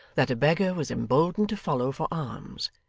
that a beggar was emboldened to follow for alms,